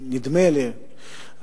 נדמה לי,